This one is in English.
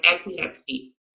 epilepsy